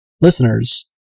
listeners